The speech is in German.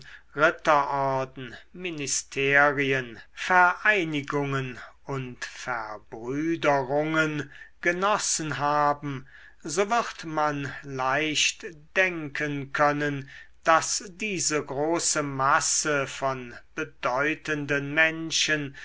ritterorden ministerien vereinigungen und verbrüderungen genossen haben so wird man leicht denken können daß diese große masse von bedeutenden menschen